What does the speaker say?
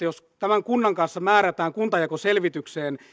jos tämän kunnan kanssa määrätään kuntajakoselvitykseen